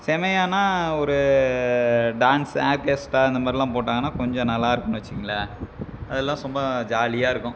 செமையானா ஒரு dance orchestra இந்த மாதிரிலாம் போட்டாங்கன்னால் கொஞ்சம் நல்லாயிருக்கும்னு வச்சுங்களேன் அதெல்லாம் சும்மா ஜாலியாக இருக்கும்